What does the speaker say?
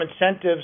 incentives